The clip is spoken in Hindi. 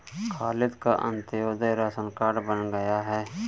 खालिद का अंत्योदय राशन कार्ड बन गया है